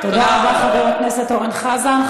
תודה רבה, חבר הכנסת אורן חזן.